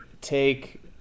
take